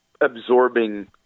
absorbing